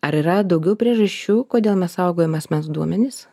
ar yra daugiau priežasčių kodėl mes saugojam asmens duomenis